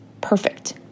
perfect